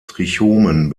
trichomen